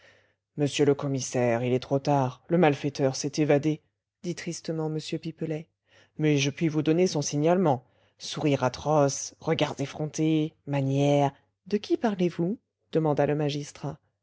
monsieur le commissaire il est trop tard le malfaiteur s'est évadé dit tristement m pipelet mais je puis vous donner son signalement sourire atroce regards effrontés manières de qui parlez-vous demanda le magistrat